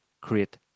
create